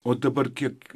o dabar kiek